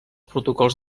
protocols